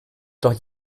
doch